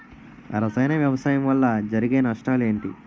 రసాయన వ్యవసాయం వల్ల జరిగే నష్టాలు ఏంటి?